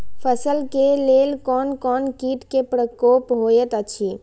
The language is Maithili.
फसल के लेल कोन कोन किट के प्रकोप होयत अछि?